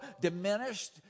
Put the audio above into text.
diminished